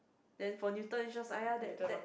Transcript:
then for Newton is just aiyah that that